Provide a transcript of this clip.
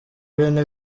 bintu